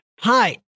Hi